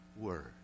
Word